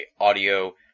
Audio